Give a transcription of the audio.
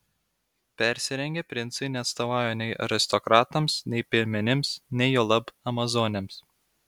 persirengę princai neatstovauja nei aristokratams nei piemenims nei juolab amazonėms